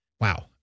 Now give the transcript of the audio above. Wow